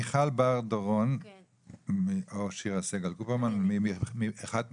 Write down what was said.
מיכל בר-דורון או שירה סגל, אחת משתיכן.